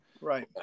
right